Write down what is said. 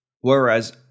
whereas